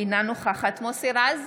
אינה נוכחת מוסי רז,